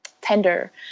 tender